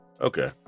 Okay